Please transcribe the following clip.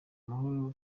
amahoro